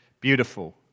beautiful